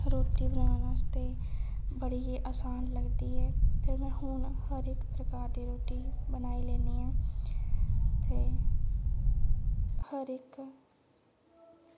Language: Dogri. रोटी बनान आस्तै बड़ी गै असान लगदी ऐ ते में हून हर इक प्रकार दी रोटी बनाई लैन्नी ऐ ते हर इक